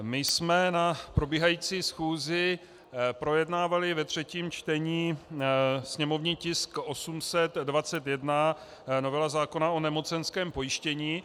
My jsme na probíhající schůzi projednávali ve třetím čtení sněmovní tisk 821, novela zákona o nemocenském pojištění.